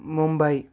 Mumbai